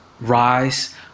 rise